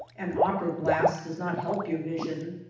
an opera-glass does not help your vision.